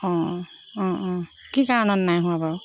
অঁ অঁ অঁ অঁ কি কাৰণত নাই হোৱা বাৰু